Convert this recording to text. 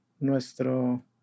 nuestro